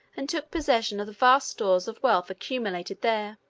and took possession of the vast stores of wealth accumulated there.